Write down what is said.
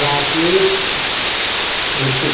राकेशः हृतिकः